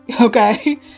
Okay